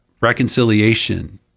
reconciliation